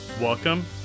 Welcome